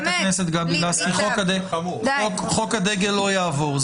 חברת הכנסת גבי לסקי, חוק הדגל לא יעבור.